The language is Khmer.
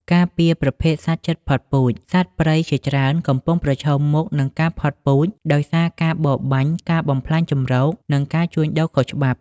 ការពារប្រភេទសត្វជិតផុតពូជ សត្វព្រៃជាច្រើនកំពុងប្រឈមមុខនឹងការផុតពូជដោយសារការបរបាញ់ ការបំផ្លាញជម្រក និងការជួញដូរខុសច្បាប់។